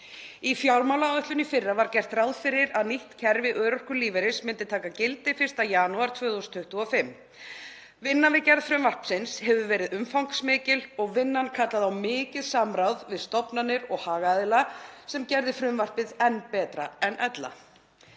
Í fjármálaáætlun í fyrra var gert ráð fyrir að nýtt kerfi örorkulífeyris myndi taka gildi 1. janúar 2025. Vinnan við gerð frumvarpsins hefur verið umfangsmikil og kallað á mikið samráð við stofnanir og hagaðila sem gerði frumvarpið enn betra en ella.